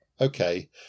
okay